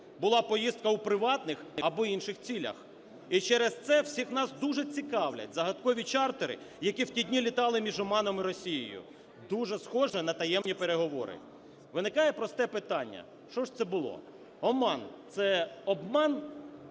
Була поїздка у приватних або інших цілях. І через це всіх нас дуже цікавлять загадкові чартери, які в ті дні літали між Оманом і Росією, – дуже схоже на таємні переговори. Виникає просте питання. Що ж це було? Оман – це обман